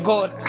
God